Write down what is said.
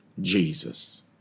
Jesus